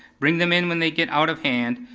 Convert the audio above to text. bring them in when they get out of hand,